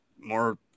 more